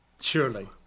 Surely